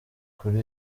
kuri